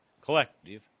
collective